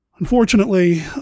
Unfortunately